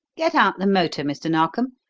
get out the motor, mr. narkom,